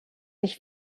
ich